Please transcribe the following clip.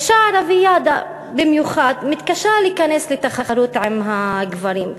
האישה הערבייה במיוחד מתקשה להיכנס לתחרות עם הגברים.